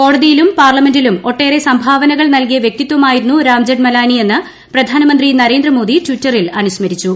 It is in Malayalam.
കോടതിയിലും പാർലമെന്റിലും ഒട്ടേറെ സംഭാവനകൾ നൽകിയ വ്യക്തിത്വമായിരുന്നു രാം ജഠ്മലാനിയെന്ന് പ്രധാനമന്ത്രി നരേന്ദ്രമോദി ട്വിറ്ററിൽ അനുസ്മരിച്ചു